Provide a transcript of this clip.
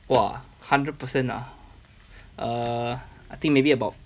!wah! hundred percent ah err I think maybe about